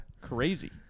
Crazy